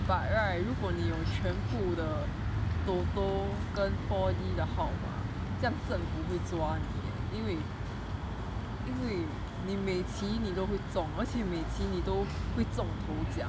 but right 如果你有全部的 TOTO 跟 four D 的号码这样政府会抓你 eh 因为你每期你都会中而且你每期都会中头奖